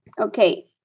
Okay